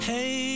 Hey